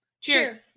Cheers